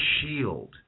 Shield